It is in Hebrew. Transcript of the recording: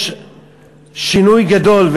יש שינוי גדול,